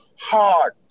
hard